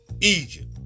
Egypt